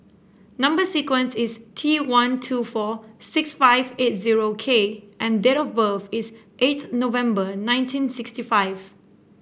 number sequence is T one two four six five eight zero K and date of birth is eighth November nineteen sixty five